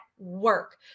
work